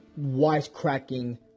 wisecracking